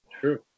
True